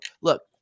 look